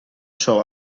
ciò